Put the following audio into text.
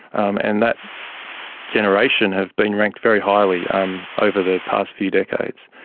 um and that generation has been ranked very highly um over the past few decades.